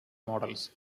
models